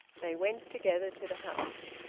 they went together to the house.